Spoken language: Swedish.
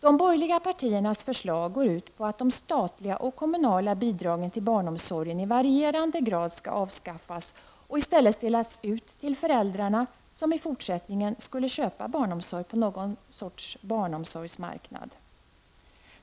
De borgerliga partiernas förslag går ut på att de statliga och kommunala bidragen till barnomsorgen i varierande grad skall avskaffas och i stället delas ut till föräldrarna, som i fortsättningen skulle köpa barnomsorg på någon sorts barnomsorgsmarknad.